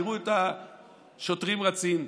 יראו את השוטרים רצים.